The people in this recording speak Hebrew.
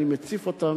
אני מציף אותם,